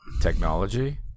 technology